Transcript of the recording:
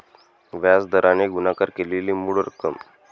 व्याज दराने गुणाकार केलेली मूळ रक्कम